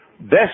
best